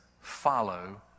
follow